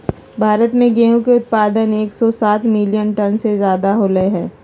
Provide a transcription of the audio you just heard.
भारत में गेहूं के उत्पादन एकसौ सात मिलियन टन से ज्यादा होलय है